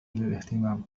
للإهتمام